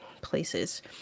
places